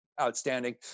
outstanding